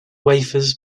wafers